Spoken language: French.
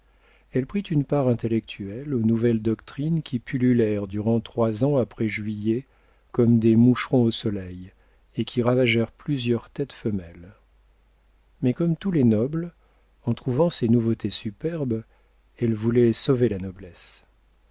elle prit une part intellectuelle aux nouvelles doctrines qui pullulèrent durant trois ans après juillet comme des moucherons au soleil et qui ravagèrent plusieurs têtes femelles mais comme tous les nobles en trouvant ces nouveautés superbes elle voulait sauver la noblesse